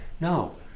No